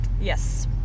Yes